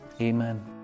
Amen